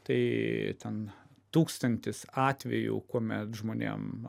tai ten tūkstantis atvejų kuomet žmonėm